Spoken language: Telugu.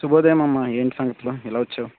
శుభోదయం అమ్మా ఏంటి సంగతులు ఇలా వచ్చావు